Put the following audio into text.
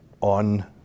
on